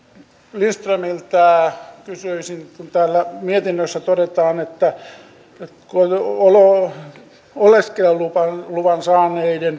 lindströmiltä kysyisin kun täällä mietinnössä todetaan että oleskeluluvan saaneiden